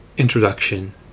Introduction